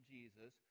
Jesus